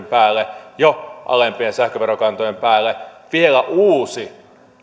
päälle jo alempien sähköverokantojen päälle vielä uusi